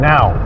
Now